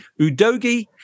Udogi